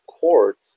court